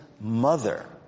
mother